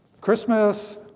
Christmas